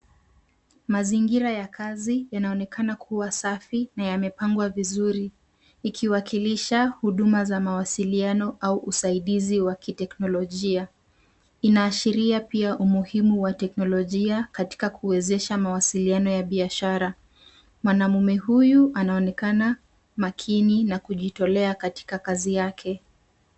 Mazingira ya kazi yanaonekana kuwa safi na yamepangwa vizuri ikiwakilisha huduma za mawasiliano au usaidizi wa kiteknolojia. Inaashiria pia umuhimu wa teknolojia katika kuwezesha mawasiliano ya biashara. Mwanamume huyu anaonekana makini na kujitolea katika kazi yake.